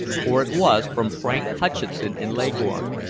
for it was from frank hutcheson in leghorn,